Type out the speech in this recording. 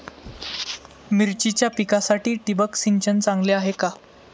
मिरचीच्या पिकासाठी ठिबक सिंचन चांगले आहे का?